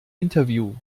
interview